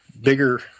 bigger